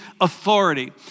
authority